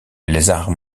lézard